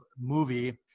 movie